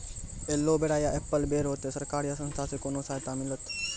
Aloe vera या apple बैर होते? सरकार या संस्था से कोनो सहायता मिलते?